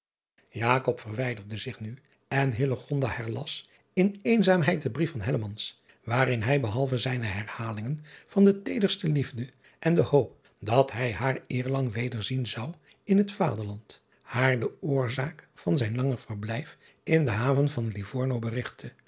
verwijderde zich nu en herlas in eenzaamheid den brief van waarin hij behalve zijne herhalingen van de teederste liefde en de hoop dat hij haar eerlang wederzien zou in het vaderland haar de oorzaak van zijn langer verblijf in de haven van ivorno berigtte